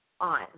on